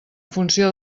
funció